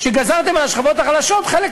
זכאים לחיות בשלום ובביטחון במדינה שלהם.